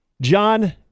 John